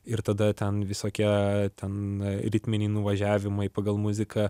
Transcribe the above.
ir tada ten visokie ten ritminiai nuvažiavimai pagal muziką